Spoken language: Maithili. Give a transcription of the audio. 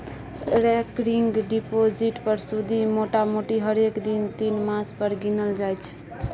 रेकरिंग डिपोजिट पर सुदि मोटामोटी हरेक तीन मास पर गिनल जाइ छै